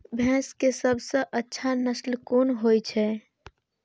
भैंस के सबसे अच्छा नस्ल कोन होय छे?